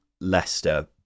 Leicester